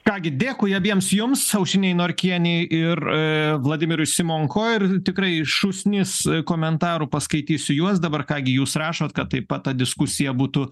ką gi dėkui abiems jums aušrinei norkienei ir vladimirui simonko ir tikrai šūsnis komentarų paskaitysiu juos dabar ką gi jūs rašot kad taip pat ta diskusija būtų